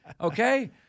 okay